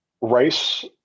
rice